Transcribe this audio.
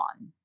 on